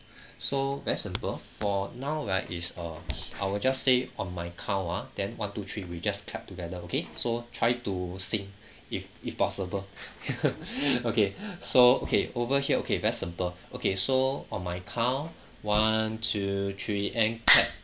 so very simple for now right it's uh I will just say on my count ah then one two three we just clap together okay so try to sync if if possible okay so okay over here okay very simple okay so on my count one two three and clap